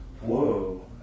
Whoa